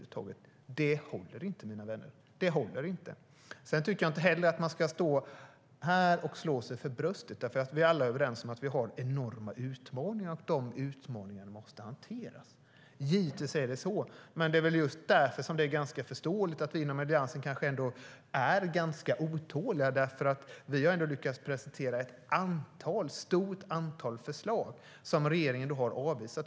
Det håller inte, mina vänner. Jag tycker inte att man ska slå sig för bröstet, för vi är alla överens om att vi har utmaningar som måste hanteras. Just därför är det förståeligt att vi inom Alliansen är ganska otåliga. Vi har ändå lyckats presentera ett stort antal förslag som regeringen har avvisat.